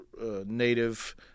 native